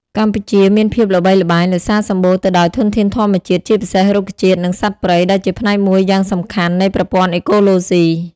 កម្ពុជាមានភាពល្បីល្បាញដោយសារសម្បូរទៅដោយធនធានធម្មជាតិ ជាពិសេស រុក្ខជាតិ និងសត្វព្រៃ ដែលជាផ្នែកមួយយ៉ាងសំខាន់នៃប្រព័ន្ធអេកូឡូស៊ី។